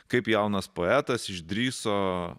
kaip jaunas poetas išdrįso